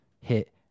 hit